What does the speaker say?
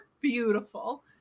beautiful